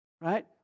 Right